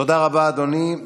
תודה רבה, אדוני.